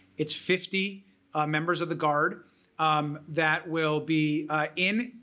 it's fifty members of the guard um that will be in,